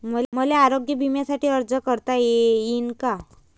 मले आरोग्य बिम्यासाठी अर्ज करता येईन का?